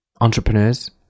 entrepreneurs